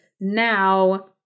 now